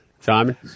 Simon